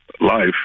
life